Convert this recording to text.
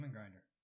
Grinder